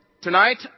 tonight